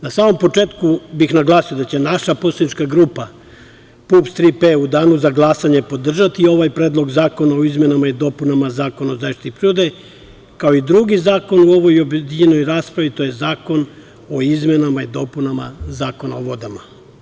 Na samom početku bih naglasio da će naša poslanička grupa PUPS - „Tri P“ u danu za glasanje podržati ovaj Predlog zakona o izmenama i dopunama Zakona o zaštiti prirode, kao i drugi zakon u ovoj objedinjenoj raspravi, to je zakon o izmenama i dopunama Zakona o vodama.